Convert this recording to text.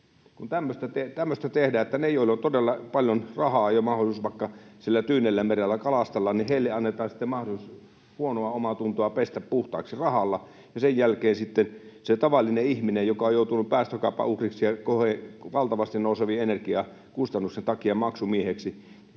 on? Tämmöistä tehdään, että niille, joilla on todella paljon rahaa ja mahdollisuus vaikka siellä Tyynellämerellä kalastella, annetaan mahdollisuus huonoa omaatuntoa pestä puhtaaksi rahalla, ja sen jälkeen sitten se tavallinen ihminen, joka on joutunut päästökaupan uhriksi ja valtavasti nousevien energiakustannusten takia maksumieheksi,